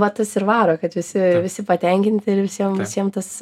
va tas ir varo kad visi visi patenkinti ir visiem visiem tas